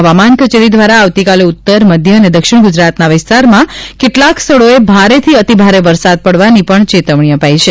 હવામાન કચેરી દ્વારા આવતીકાલે ઉત્તર મધ્ય અને દક્ષિણ ગુજરાતના વિસ્તારમાં કેટલાંક સ્થળોએ ભારેથી અતિ ભારે વરસાદ પડવાની પણ ચેતવણી અપાઈ છે